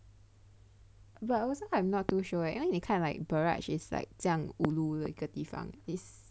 but I wasn't I'm not too sure leh 因为你看 like barrage is like 这样 ulu 的一个地方 is